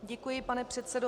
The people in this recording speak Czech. Děkuji, pane předsedo.